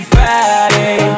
Friday